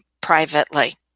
privately